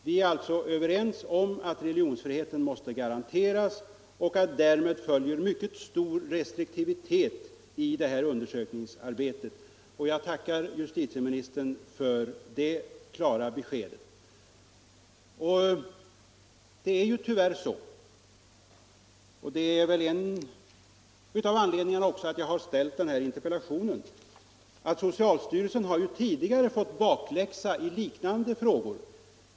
Vi är alltså överens om att religionsfriheten måste garanteras och att därmed följer mycket stor restriktivitet i det här undersökningsarbetet. Jag tackar justitieministern för det klara beskedet. Det är ju tyvärr så — och detta är väl en av anledningarna till att jag har framställt interpellationen — att socialstyrelsen tidigare fått bakläxa i liknande frågor.